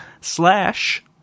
slash